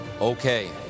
Okay